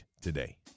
today